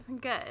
Good